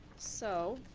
so,